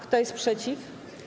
Kto jest przeciw?